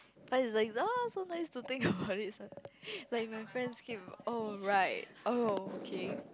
what is that oh so nice to think about it so like my friend skip alright okay